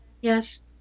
Yes